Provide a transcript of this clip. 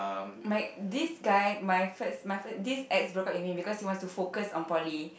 my this guy my first my first this ex broke up with me because he wanted to focus on poly